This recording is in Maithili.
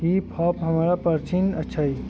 हिप हॉप हमरा परछिन अछि